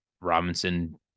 Robinson